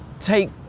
Take